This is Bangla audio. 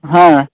হ্যাঁ